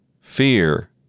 Fear